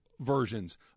versions